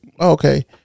Okay